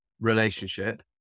relationship